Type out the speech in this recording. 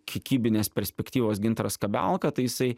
kiekybinės perspektyvos gintaras kabelka tai isai